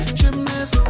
gymnast